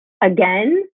again